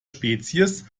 spezies